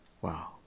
Wow